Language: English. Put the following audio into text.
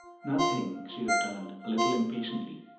nothing, she returned, a little impatiently.